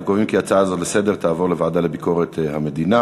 אנחנו קובעים כי ההצעה הזו לסדר-היום תעבור לוועדה לביקורת המדינה.